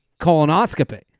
colonoscopy